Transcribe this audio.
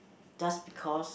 just because